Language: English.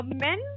men